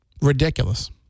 ridiculous